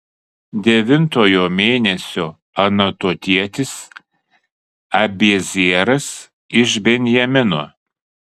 devintojo mėnesio anatotietis abiezeras iš benjamino